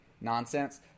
nonsense